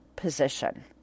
Position